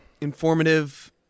informative